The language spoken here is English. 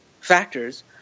factors